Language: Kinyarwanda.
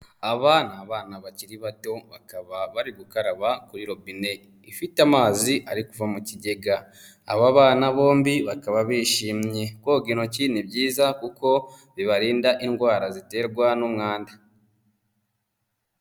Aba ni abana bakiri bato, bakaba bari gukaraba kuri robine ifite amazi ari kuva mu kigega, aba bana bombi bakaba bishimye. Koga intoki ni byiza kuko bibarinda indwara ziterwa n'umwanda.